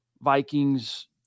Vikings